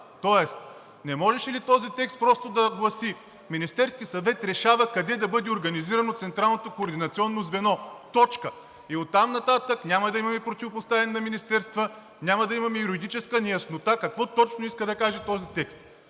Тоест не можеше ли този текст просто да гласи: „Министерският съвет решава къде да бъде организирано централното координационно звено.“ И оттам нататък няма да имаме противопоставяне на министерства, няма да имаме юридическа неяснота какво точно иска да каже този текст.